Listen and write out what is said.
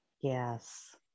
yes